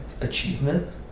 achievement